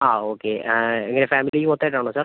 ആ ഓക്കെ എങ്ങനെ ഫാമിലിക്ക് മൊത്തായിട്ടാണോ സർ